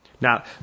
Now